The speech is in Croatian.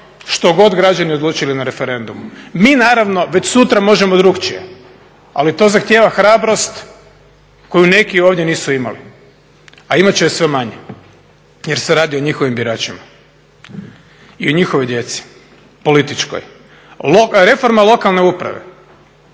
Što god građani odlučili na referendumu. Mi naravno već sutra možemo drugačije, ali to zahtjeva hrabrost koju neki ovdje nisu imali, a imat će je sve manje jer se radi o njihovim biračima i o njihovoj djeci, političkoj. Reforma lokalne uprave,